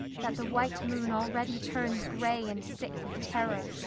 that the white moon already turns grey and sick with terror,